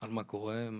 מה קורה,